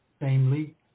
namely